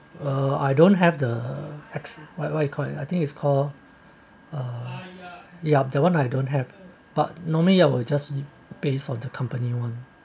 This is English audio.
uh I don't have the X what what you call it I think it's called uh yup that one I don't have but normally I will just based on the company